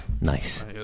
Nice